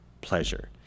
pleasure